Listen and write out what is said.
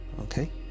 Okay